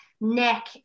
neck